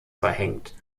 verhängt